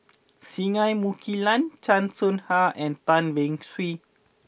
Singai Mukilan Chan Soh Ha and Tan Beng Swee